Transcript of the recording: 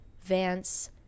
Vance